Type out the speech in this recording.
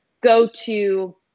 go-to